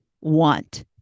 want